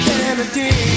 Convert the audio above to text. Kennedy